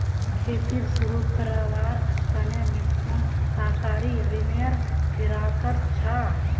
खेती शुरू करवार त न मिथुन सहकारी ऋनेर फिराकत छ